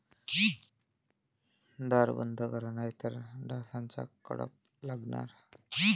दार बंद करा नाहीतर डासांचा कळप लागणार